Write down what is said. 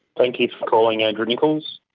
thank you for calling andrew nickolls.